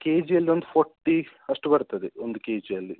K ಜಿಯಲ್ಲಿ ಒಂದು forty ಅಷ್ಟು ಬರ್ತದೆ ಒಂದು ಕೆ ಜಿಯಲ್ಲಿ